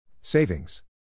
Savings